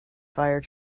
fire